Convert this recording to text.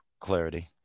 clarity